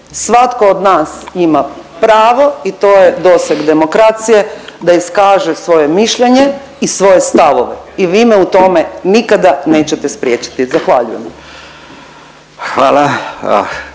Svatko od nas ima pravo i to je doseg demokracije da iskaže svoje mišljenje i svoje stavove i vi me u tome nikada nećete spriječiti. Zahvaljujem.